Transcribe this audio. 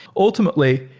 ultimately,